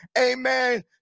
amen